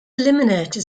eliminated